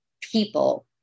people